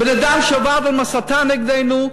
בן-אדם שעבד עם הסתה נגדנו,